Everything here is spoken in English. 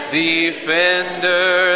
defender